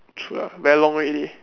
true ah very long already